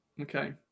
Okay